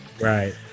Right